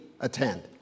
attend